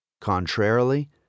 Contrarily